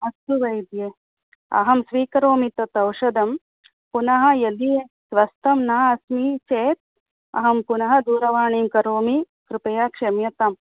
अस्तु वैद्ये अहं स्वीकरोमि तत् औषधं पुनः यदि स्वस्था न अस्मि चेत् अहं पुनः दूरवाणीं करोमि कृपया क्षम्यताम्